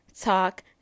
talk